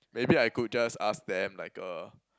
maybe I could just ask them like uh